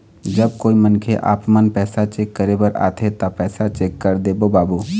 जब कोई मनखे आपमन पैसा चेक करे बर आथे ता पैसा चेक कर देबो बाबू?